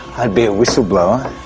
i'd be a whistleblower,